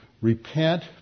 Repent